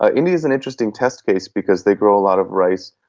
ah india is an interesting test case because they grow a lot of rice,